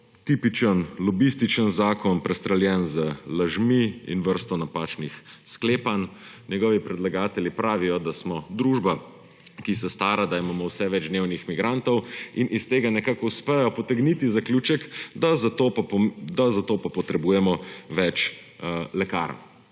tipičen lobističen zakon, prestreljen z lažmi in vrsto napačnih sklepanj. Njegovi predlagatelji pravijo, da smo družba, ki se stara, da imamo vse več dnevnih migrantov, in iz tega nekako uspejo potegniti zaključek, da za to pa potrebujemo več lekarn.